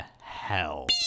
hell